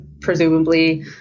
presumably